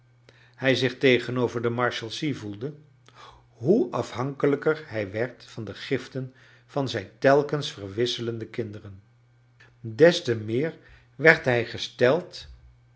hij zich tegenover de marshalsea voelde hoe afhankeiijker hij werd van de giften van zijn telkens verwisselende kinderen des te meer werd hij gcsteld